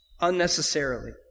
unnecessarily